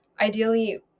Ideally